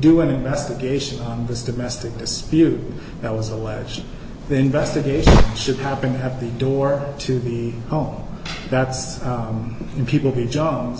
do an investigation of this domestic dispute that was alleged then investigation should happen have the door to the home that's in people the job